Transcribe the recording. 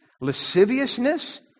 lasciviousness